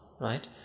right